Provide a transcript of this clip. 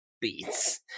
beats